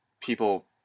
people